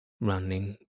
running